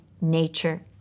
nature